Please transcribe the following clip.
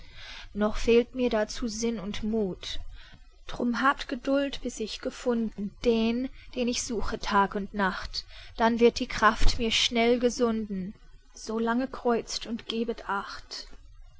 noch fehlt mir dazu sinn und muth drum habt geduld bis wir gefunden den den ich suche tag und nacht dann wird die kraft mir schnell gesunden so lange kreuzt und gebet acht